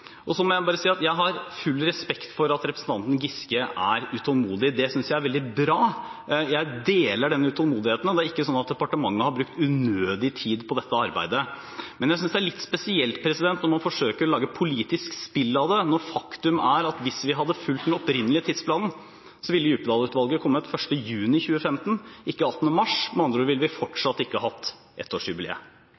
må også bare si at jeg har full respekt for at representanten Giske er utålmodig. Det synes jeg er veldig bra. Jeg deler den utålmodigheten, og det er ikke sånn at departementet har brukt unødig tid på dette arbeidet. Men jeg synes det er litt spesielt når man forsøker å lage politisk spill av det, når faktum er at hvis vi hadde fulgt den opprinnelige tidsplanen, ville Djupedal-utvalgets utredning kommet den 1. juni 2015, ikke 18. mars. Med andre ord ville vi